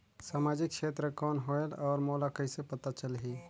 समाजिक क्षेत्र कौन होएल? और मोला कइसे पता चलही?